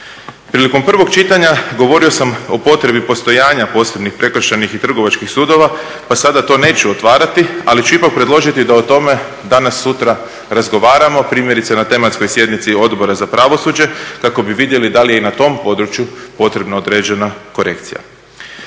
Prilikom prvog čitanja govorio sam o potrebi postojanja posebnih Prekršajnih i Trgovačkih sudova, pa sada to neću otvarati ali ću ipak predložiti da o tome danas sutra razgovaramo primjerice na tematskoj sjednici Odbora za pravosuđe kako bi vidjeli da li je i na tom području potrebna određena korekcija.